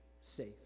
safe